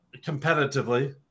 competitively